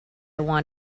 want